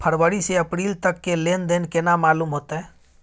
फरवरी से अप्रैल तक के लेन देन केना मालूम होते?